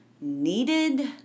needed